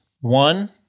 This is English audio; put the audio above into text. One—